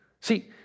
See